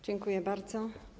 Dziękuję bardzo.